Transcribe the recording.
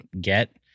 get